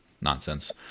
nonsense